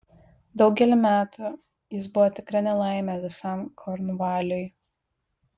daugelį metų jis buvo tikra nelaimė visam kornvaliui